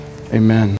amen